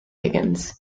higgins